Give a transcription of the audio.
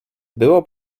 było